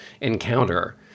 encounter